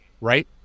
right